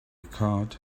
card